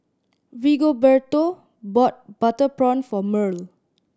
Rigoberto bought butter prawn for Mearl